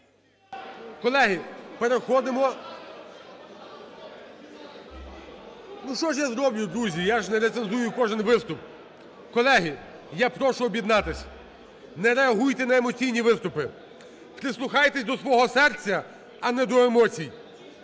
Колеги, переходимо… Ну, що ж я зроблю, друзі, я ж не рецензую кожен виступ. Колеги, я прошу об'єднатись. Не реагуйте на емоційні виступи, прислухайтесь до свого серця, а не до емоцій,